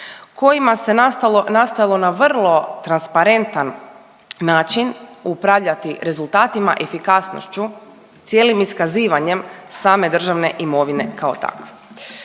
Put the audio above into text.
kojima se nastojalo na vrlo transparentan način upravljati rezultatima, efikasnošću cijelim iskazivanjem same državne imovine kao takve.